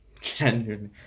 genuinely